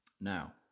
Now